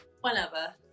whenever